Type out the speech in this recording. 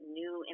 new